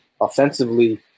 offensively